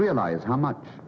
realize how much